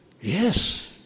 Yes